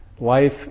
life